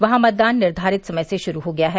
वहां मतदान निर्धारित समय से श्रू हो गया है